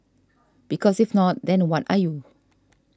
because if not then what are you